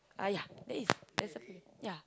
ah yeah that is there's a place